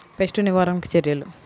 Pest నివారణకు చర్యలు?